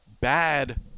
bad